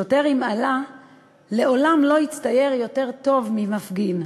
שוטר עם אַלה לעולם לא יצטייר יותר טוב ממפגין,